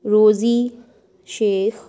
روزی شیخ